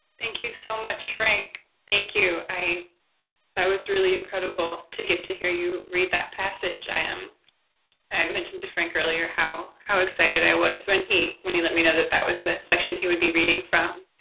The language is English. thank you so much, frank. thank you. i that thank you. was really incredible to get to hear you read that passage. i um i mentioned to frank earlier how how excited i was when he when he let me know that that was the section he would be reading from.